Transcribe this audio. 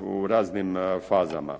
u raznim fazama.